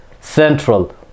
Central